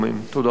תודה רבה.